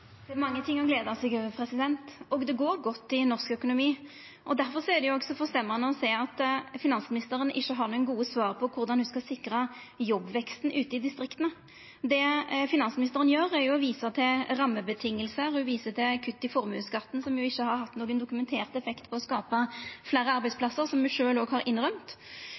Det er mange ting å gleda seg over, og det går godt i norsk økonomi. Difor er det forstemmande å sjå at finansministeren ikkje har nokon gode svar på korleis ho skal sikra jobbveksten ute i distrikta. Det finansministeren gjer, er å visa til rammevilkår. Ho viser til kutt i formuesskatten, som ikkje har hatt nokon dokumentert effekt når det gjeld å skapa fleire arbeidsplassar, noko ho sjølv har innrømt.